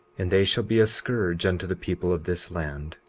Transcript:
and they shall be a scourge unto the people of this land.